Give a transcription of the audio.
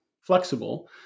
flexible